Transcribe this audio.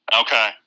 Okay